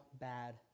bad